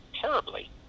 terribly